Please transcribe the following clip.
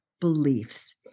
beliefs